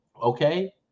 okay